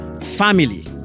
family